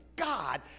God